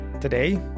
Today